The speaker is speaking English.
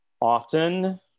often